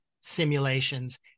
simulations